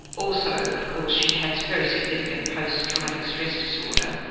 also of course she had very significant post-traumatic stress disorder,